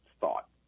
thought